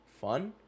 fun